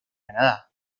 canadá